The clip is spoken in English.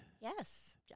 Yes